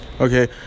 Okay